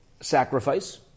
sacrifice